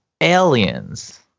aliens